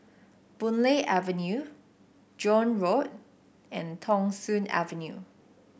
Boon Lay Avenue Joan Road and Thong Soon Avenue